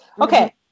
Okay